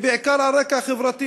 היא בעיקר על רקע חברתי,